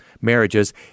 marriages